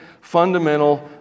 fundamental